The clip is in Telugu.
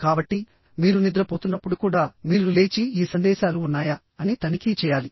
కాబట్టి మీరు నిద్రపోతున్నప్పుడు కూడా మీరు లేచి ఈ సందేశాలు ఉన్నాయా అని తనిఖీ చేయాలి